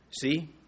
See